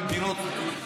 אתה באת מאחת ממדינות,